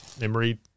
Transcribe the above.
memory